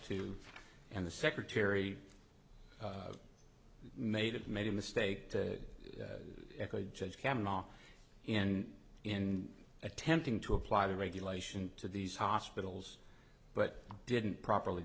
to and the secretary made it made a mistake to judge cannot in in attempting to apply the regulation to these hospitals but didn't properly